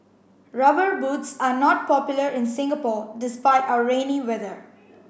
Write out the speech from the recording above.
rubber boots are not popular in Singapore despite our rainy weather